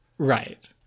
right